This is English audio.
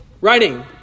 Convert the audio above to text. writing